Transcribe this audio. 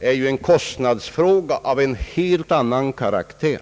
är ju en kostnadsfråga av helt annan karaktär.